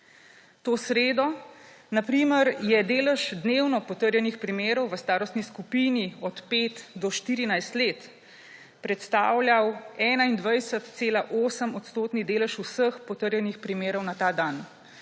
To sredo, na primer, je delež dnevno potrjenih primerov v starostni skupini od pet do 14 let predstavljal 21,8-odstotni delež vseh potrjenih primerov na ta dan.